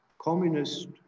communist